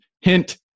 hint